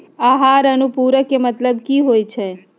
आहार अनुपूरक के मतलब की होइ छई?